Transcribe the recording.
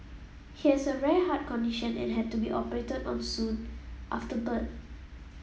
he has a rare heart condition and had to be operated on soon after birth